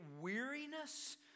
weariness